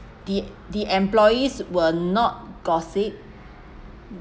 the the employees will not gossip